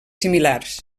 similars